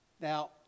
Now